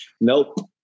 Nope